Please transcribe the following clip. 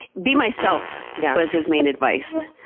be myself yeah was his main advice,